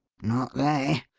not they.